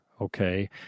okay